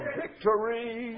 victory